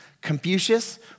Confucius